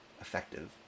effective